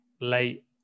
late